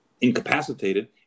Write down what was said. incapacitated